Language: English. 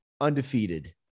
undefeated